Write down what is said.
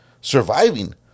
surviving